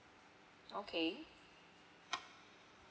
okay